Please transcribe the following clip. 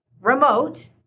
remote